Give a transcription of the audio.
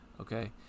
Okay